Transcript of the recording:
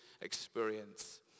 experience